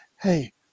Hey